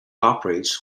operates